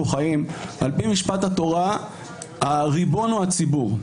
חיים על פי משפט התורה הריבון הוא הציבור.